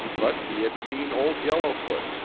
but he had seen old yellowfoot,